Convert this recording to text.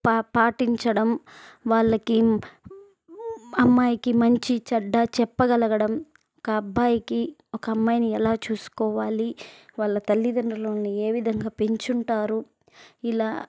పా పాటించడం వాళ్ళకి అమ్మాయికి మంచి చెడ్డ చెప్పగలగడం ఒక అబ్బాయికి ఒక అమ్మాయిని ఎలా చూసుకోవాలి వాళ్ళ తల్లిదండ్రులను ఏ విధంగా పెంచింటారు ఇలా